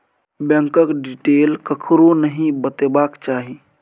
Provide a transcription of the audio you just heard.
बैंकक डिटेल ककरो नहि बतेबाक चाही